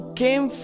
came